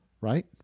Right